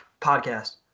podcast